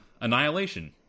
Annihilation